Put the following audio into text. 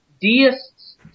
Deists